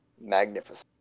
magnificent